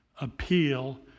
appeal